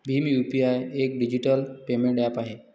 Bhim UPI एक digital payment app आहे